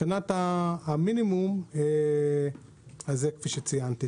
מבחינת המינימום זה כפי שציינתי,